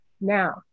Now